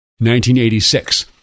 1986